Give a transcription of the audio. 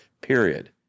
period